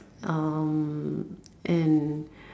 um and